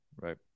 right